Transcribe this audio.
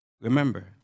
Remember